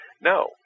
No